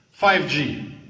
5G